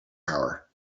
power